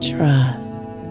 Trust